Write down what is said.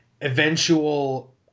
eventual